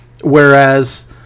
whereas